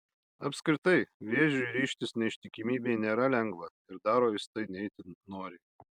apskritai vėžiui ryžtis neištikimybei nėra lengva ir daro jis tai ne itin noriai